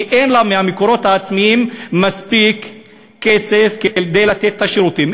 כי אין לה מהמקורות העצמיים מספיק כסף כדי לתת את השירותים.